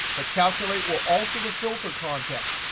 but calculate will alter the filter context,